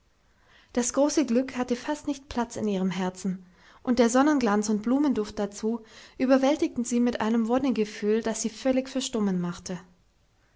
das große glück hatte fast nicht platz in ihrem herzen und der sonnenglanz und blumenduft dazu überwältigten sie mit einem wonnegefühl das sie völlig verstummen machte